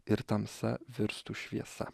ir tamsa virstų šviesa